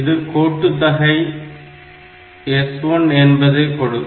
இது கூட்டுத்தொகை S1 என்பதை கொடுக்கும்